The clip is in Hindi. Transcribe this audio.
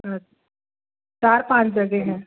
अच्छा चार पाँच जगह हैं